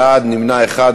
33 בעד, נמנע אחד.